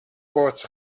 koorts